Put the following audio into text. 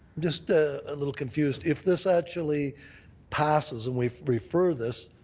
just a ah little confused. if this actually passes and we refer this,